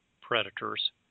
predators